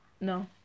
No